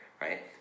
right